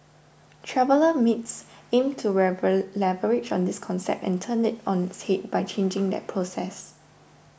Traveller Mates aims to leverage on this concept and turn it on its head by changing that process